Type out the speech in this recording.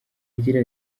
agira